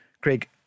Craig